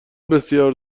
بسیار